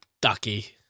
Ducky